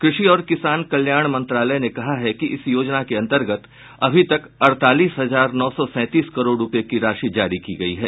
कृषि और किसान कल्याण मंत्रालय ने कहा है कि इस योजना के अंतर्गत अभी तक अड़तालीस हजार नौ सौ सैंतीस करोड़ रुपये की राशि जारी की गई है